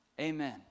amen